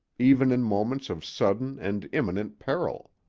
even in moments of sudden and imminent peril.